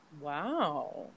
Wow